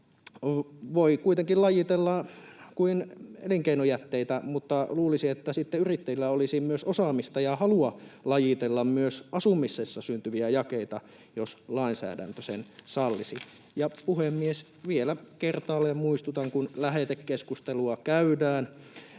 voi kuitenkin lajitella kuin elinkeinojätteitä — mutta luulisi, että sitten yrittäjillä olisi osaamista ja halua lajitella myös asumisessa syntyviä jakeita, jos lainsäädäntö sen sallisi. Puhemies! Vielä kertaalleen muistutan, kun lähetekeskustelua käydään,